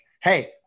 hey